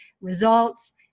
results